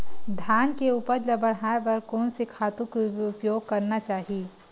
धान के उपज ल बढ़ाये बर कोन से खातु के उपयोग करना चाही?